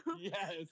Yes